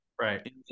Right